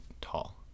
tall